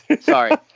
Sorry